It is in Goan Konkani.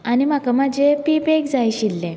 आनी म्हाका म्हा पिपेक जाय आसले